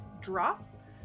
drop